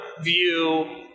view